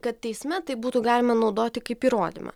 kad teisme tai būtų galima naudoti kaip įrodymą